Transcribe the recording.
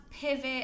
pivot